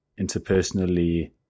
interpersonally